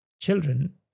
children